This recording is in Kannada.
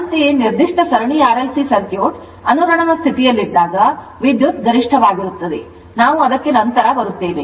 ಅಂತೆಯೇ ನಿರ್ದಿಷ್ಟ ಸರಣಿ RLC ಸರ್ಕ್ಯೂಟ್ ಅನುರಣನ ಸ್ಥಿತಿಯಲ್ಲಿದ್ದಾಗ ವಿದ್ಯುತ್ ಗರಿಷ್ಠವಾಗಿರುತ್ತದೆ ನಾವು ಅದಕ್ಕೆ ನಂತರ ಬರುತ್ತೇವೆ